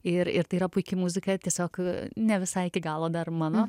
ir ir tai yra puiki muzika tiesiog ne visai iki galo dar mano